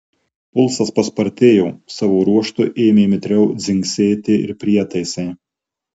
pulsas paspartėjo savo ruožtu ėmė mitriau dzingsėti ir prietaisai